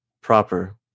proper